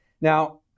Now